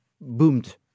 boomed